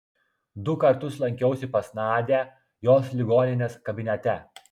du kartus lankiausi pas nadią jos ligoninės kabinete